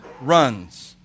runs